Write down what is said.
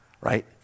Right